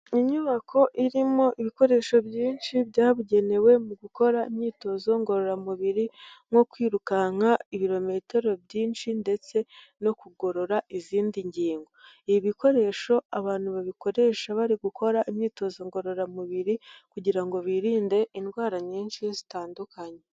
Inyubako irimo ibikoresho byinshi byabugenewe mu gukora imyitozo ngororamubiri, nko kwirukanka ibirometero byinshi ndetse no kugorora izindi ngingo. Ibi bikoresho abantu babikoresha bari gukora imyitozo ngororamubiri, kugira ngo birinde indwara nyinshi zitandukanye.